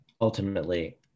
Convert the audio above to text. Ultimately